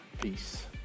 Peace